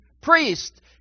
Priest